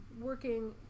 working